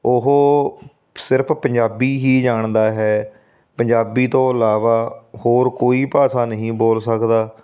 ਉਹ ਸਿਰਫ ਪੰਜਾਬੀ ਹੀ ਜਾਣਦਾ ਹੈ ਪੰਜਾਬੀ ਤੋਂ ਇਲਾਵਾ ਹੋਰ ਕੋਈ ਭਾਸ਼ਾ ਨਹੀਂ ਬੋਲ ਸਕਦਾ